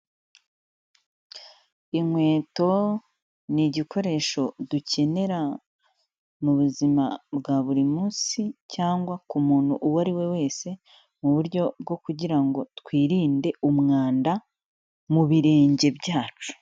Inkweto ni igikoresho dukenera mu buzima bwa buri munsi cyangwa ku muntu uwo ari we wese, mu buryo bwo kugira ngo twirinde umwanda mu birenge byacu.